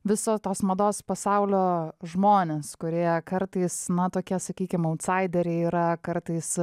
viso tos mados pasaulio žmones kurie kartais na tokie sakykim yra kartais